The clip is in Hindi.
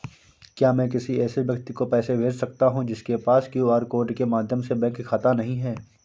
क्या मैं किसी ऐसे व्यक्ति को पैसे भेज सकता हूँ जिसके पास क्यू.आर कोड के माध्यम से बैंक खाता नहीं है?